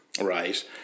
right